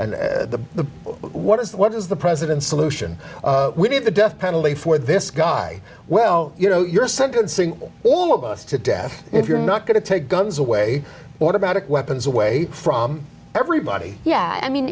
the the what is what is the president's solution would be the death penalty for this guy well you know you're sentencing all of us to death if you're not going to take guns away what about a weapons away from everybody yeah i mean